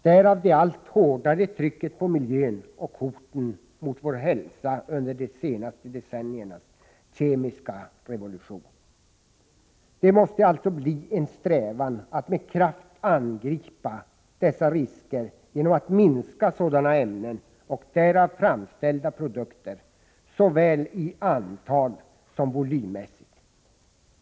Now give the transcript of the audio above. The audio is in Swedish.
Därav det allt hårdare trycket på miljön och hoten mot vår hälsa under de senaste decenniernas kemiska revolution. Det måste alltså bli en strävan att med kraft angripa dessa risker genom att minska sådana ämnen och därav framställda produkter såväl i antal som volymmässigt.